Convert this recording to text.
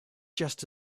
just